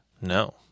No